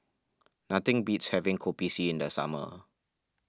nothing beats having Kopi C in the summer